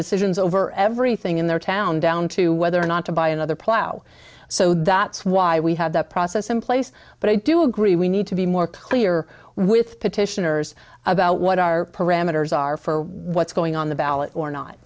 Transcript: decisions over everything in their town down to whether or not to buy another plough so that's why we had that process in place but i do agree we need to be more clear with petitioners about what our parameters are for what's going on the ballot or not